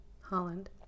Holland